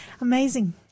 amazing